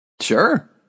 Sure